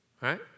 Right